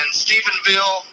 Stephenville